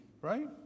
right